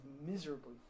miserably